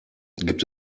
gibt